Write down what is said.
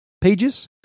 pages